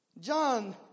John